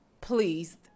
pleased